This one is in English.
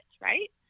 right